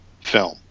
film